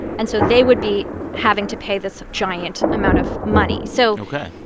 and so they would be having to pay this giant amount of money. so. ok.